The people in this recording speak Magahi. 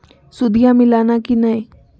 सुदिया मिलाना की नय?